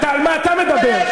על מה אתה מדבר?